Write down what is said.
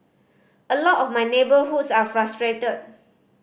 a lot of my neighbourhoods are frustrated